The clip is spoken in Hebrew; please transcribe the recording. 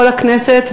לכנסת,